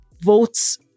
votes